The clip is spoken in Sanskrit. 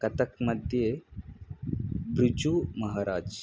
कथकमध्ये बिर्जुमहाराजः